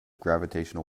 gravitational